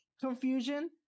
confusion